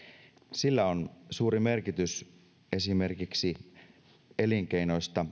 sillä on suuri merkitys esimerkiksi elinkeinoista